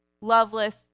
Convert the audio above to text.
loveless